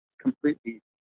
completely